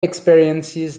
experiences